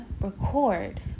record